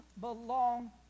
belong